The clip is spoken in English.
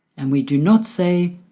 and we do not say,